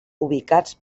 ubicats